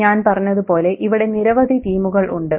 ഞാൻ പറഞ്ഞതുപോലെ ഇവിടെ നിരവധി തീമുകൾ ഉണ്ട്